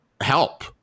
help